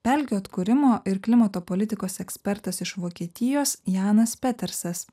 pelkių atkūrimo ir klimato politikos ekspertas iš vokietijos janas petersonas